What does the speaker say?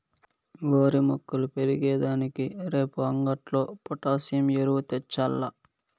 ఓరి మొక్కలు పెరిగే దానికి రేపు అంగట్లో పొటాసియం ఎరువు తెచ్చాల్ల